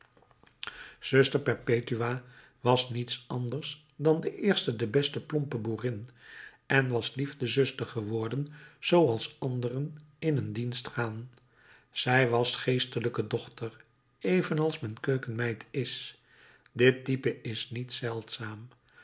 zuster perpetua was niets anders dan de eerste de beste plompe boerin en was liefdezuster geworden zooals anderen in een dienst gaan zij was geestelijke dochter evenals men keukenmeid is dit type is niet zeldzaam